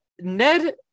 ned